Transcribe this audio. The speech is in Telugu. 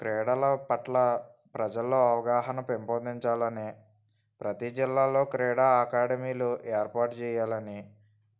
క్రీడల పట్ల ప్రజలలో అవగాహన పెంపొందించాలని ప్రతి జిల్లాలో క్రీడా అకాడమీలు ఏర్పాటు చేయాలని